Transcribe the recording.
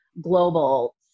Global